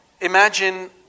imagine